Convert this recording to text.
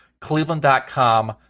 Cleveland.com